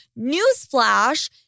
Newsflash